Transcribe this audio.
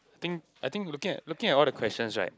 think I think looking at looking at all the questions right